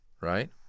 Right